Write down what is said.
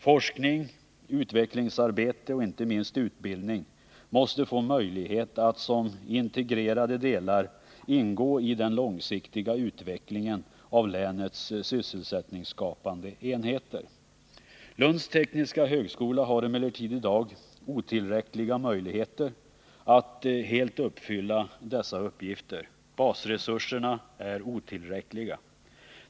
Forskning, utvecklingsarbete och inte minst utbildning måste få möjlighet att som integrerade delar ingå i den långsiktiga utvecklingen av länets sysselsättningsskapande enheter. Lunds tekniska högskola har emellertid i dag otillräckliga möjligheter att helt fylla dessa uppgifter. Basresurserna är otillräckliga.